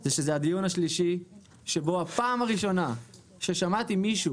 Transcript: זה הדיון השלישי ובו בפעם הראשונה שמעתי מישהו